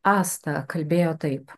asta kalbėjo taip